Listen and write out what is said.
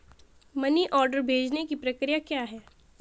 Money order भेजने की प्रक्रिया क्या है?